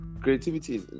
creativity